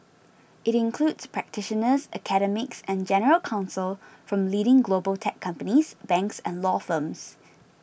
it includes practitioners academics and general counsel from leading global tech companies banks and law firms